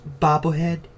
bobblehead